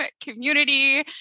community